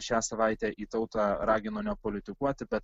šią savaitę į tautą ragino nepolitikuoti bet